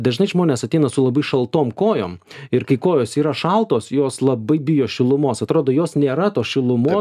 dažnai žmonės ateina su labai šaltom kojom ir kai kojos yra šaltos jos labai bijo šilumos atrodo jos nėra tos šilumos